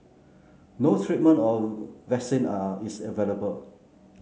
no treatment or vaccine are is available